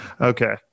Okay